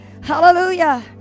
hallelujah